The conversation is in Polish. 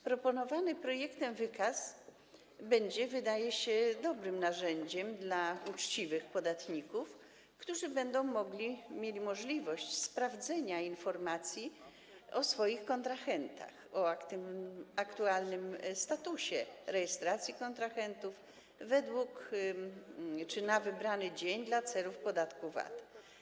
Proponowany projektem wykaz będzie, jak się wydaje, dobrym narzędziem dla uczciwych podatników, którzy będą mieli możliwość sprawdzenia informacji o swoich kontrahentach, o aktualnym statusie rejestracji kontrahentów na wybrany dzień dla celów podatku VAT.